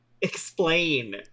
Explain